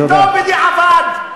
לא בדיעבד,